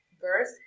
Verse